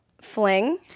fling